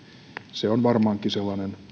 se on varmaankin sellainen